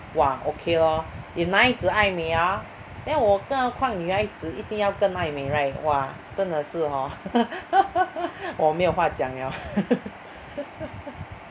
!wah! okay lor if 男孩子爱美 ah then 我更何况女孩子一定要更爱美 right !wah! 真的是 hor 我没有话讲 liao